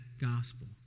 gospel